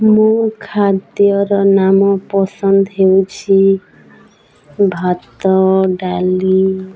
ମୋ ଖାଦ୍ୟର ନାମ ପସନ୍ଦ ହେଉଛି ଭାତ ଡାଲି